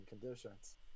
conditions